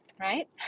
right